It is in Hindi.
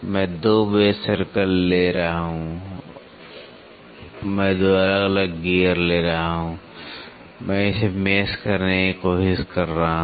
मैं 2 बेस सर्कल ले रहा हूं मैं 2 अलग अलग गियर ले रहा हूं मैं इसे मेश करने की कोशिश कर रहा हूं